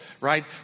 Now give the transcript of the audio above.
right